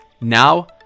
Now